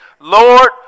Lord